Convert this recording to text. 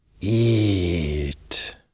eat